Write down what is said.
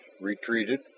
retreated